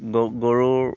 গ গৰুৰ